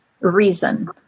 reason